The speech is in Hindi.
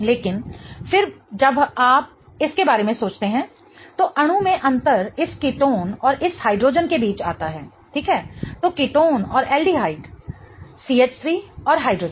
लेकिन फिर जब आप इसके बारे में सोचते हैं तो अणु में अंतर इस कीटोन और इस हाइड्रोजन के बीच आता है ठीक है तो कीटोन और एल्डिहाइड CH3 और हाइड्रोजन